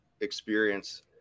experience